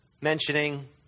mentioning